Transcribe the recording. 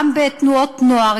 גם בתנועות-נוער,